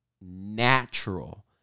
natural